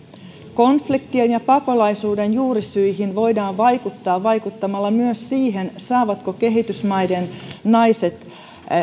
konfliktien ja pakolaisuuden juurisyihin voidaan vaikuttaa vaikuttamalla myös siihen saavatko kehitysmaiden naiset